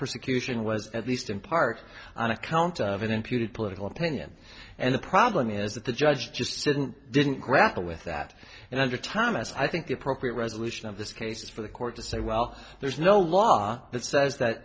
persecution was at least in part on account of it imputed political opinion and the problem is that the judge just didn't grapple with that and under thomas i think the appropriate resolution of this case is for the court to say well there's no law that says that